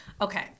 Okay